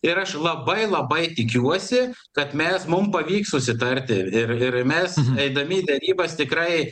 ir aš labai labai tikiuosi kad mes mum pavyks susitarti ir ir mes eidami į derybas tikrai